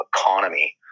economy